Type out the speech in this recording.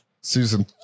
Susan